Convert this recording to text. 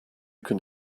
can